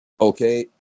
Okay